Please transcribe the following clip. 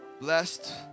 blessed